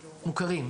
מוכרים,